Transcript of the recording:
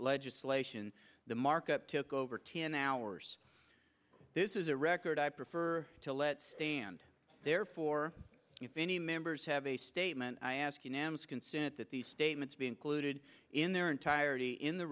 legislation the markup took over ten hours this is a record i prefer to let stand therefore if any members have a statement i ask unanimous consent that these statements be included in their entirety in the